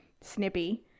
snippy